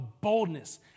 boldness